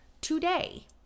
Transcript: today